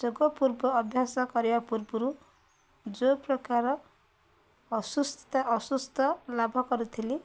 ଯୋଗ ପୂର୍ବ ଅଭ୍ୟାସ କରିବା ପୂର୍ବରୁ ଯେଉଁ ପ୍ରକାର ଅସୁସ୍ଥ ଲାଭ କରିଥିଲି